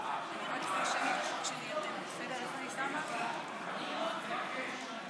2021. להלן תוצאות ההצבעה: בעד,